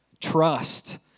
Trust